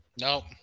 Nope